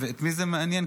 ואת מי זה מעניין?